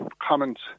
comments